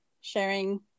sharing